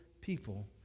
people